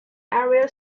area